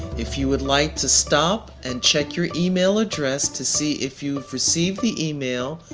if you would like to stop and check your email address to see if you've received the email,